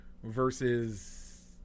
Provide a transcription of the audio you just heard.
versus